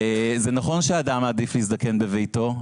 זה נכון שהאדם מעדיף להזדקן בביתו,